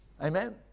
Amen